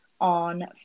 on